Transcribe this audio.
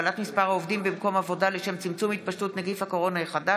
הגבלת מספר העובדים במקום עבודה לשם צמצום התפשטות נגיף הקורונה החדש),